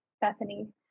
Bethany